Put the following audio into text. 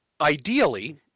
ideally